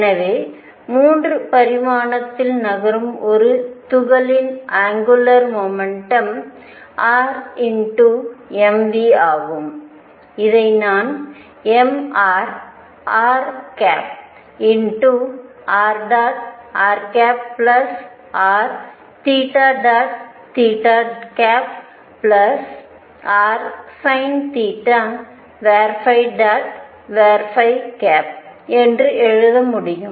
எனவே 3 பரிமாணத்தில் நகரும் ஒரு துகளின் அங்குலார் மொமெண்டம் r mv ஆகும் இதை நான் mrr× rr r rsinθ என்று எழுத முடியும்